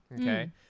okay